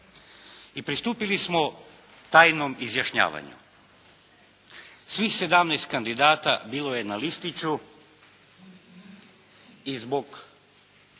I pristupili smo tajnom izjašnjavanju. Svih sedamnaest kandidata bilo je na listiću i zbog